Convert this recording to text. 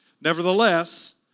Nevertheless